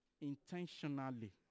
intentionally